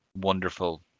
wonderful